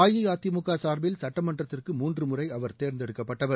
அஇஅதிமுக சார்பில் சட்டமன்றத்திற்கு மூன்று முறை அவர் தேர்ந்தெடுக்கப்பட்டவர்